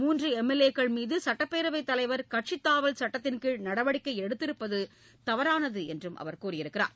மூன்று M L A க்கள் மீது சுட்டப்பேரவைத் தலைவர் கட்சித் தாவல் சுட்டத்தின் கீழ் நடவடிக்கை எடுத்திருப்பது தவறானது என்று அவர் கூறியுள்ளார்